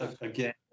Again